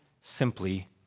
simply